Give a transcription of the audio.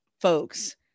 folks